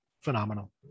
phenomenal